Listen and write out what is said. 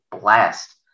blast